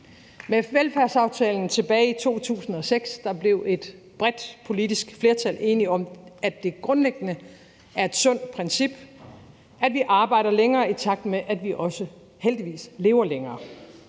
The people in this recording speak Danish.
Med velfærdsaftalen tilbage i 2006 blev et bredt politisk flertal enige om, at det grundlæggende er et sundt princip, at vi arbejder længere, i takt med at vi også heldigvis lever længere,